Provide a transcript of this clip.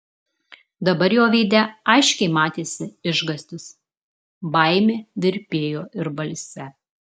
dabar jo veide aiškiai matėsi išgąstis baimė virpėjo ir balse